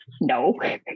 no